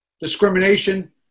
discrimination